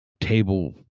table